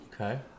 Okay